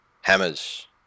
Hammers